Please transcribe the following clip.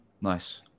Nice